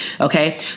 Okay